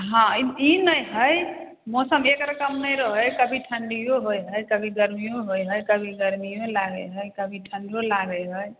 हँ ई नहि हइ मौसम एक रकम नहि रहै हइ कभी ठण्डिओ होइ हइ कभी गरमिओ होइ हइ कभी गरमिओ लागै हइ कभी ठण्डो लागे हइ